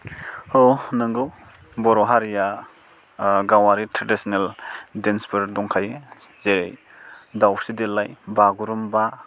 औ नंगौ बर' हारिआ गावआरि ट्रेडिसिनेल डेन्सफोर दंखायो जे दावस्रि देलाय बागुरुमबा